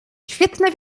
świetne